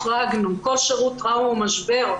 כל שירות טראומה ומשבר,